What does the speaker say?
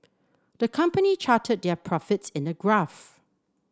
the company charted their profits in a graph